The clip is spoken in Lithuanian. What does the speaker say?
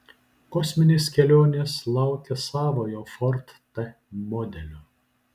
kosminės kelionės laukia savojo ford t modelio